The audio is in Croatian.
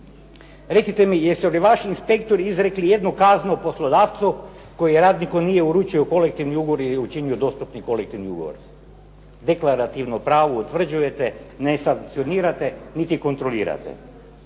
Recite mi jesu li vaši inspektori izrekli ijednu kaznu poslodavcu koji radniku nije uručio kolektivni ugovor ili učinio dostupnim kolektivni ugovor? Deklarativno pravo utvrđujete ne sankcionirate, niti kontrolirate.